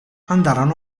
andarono